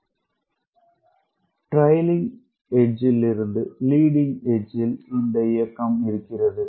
இயக்கம் ட்ரைக்ளிங் எட்ஜ் இருந்து லீடிங் எட்ஜ் ல் உள்ளது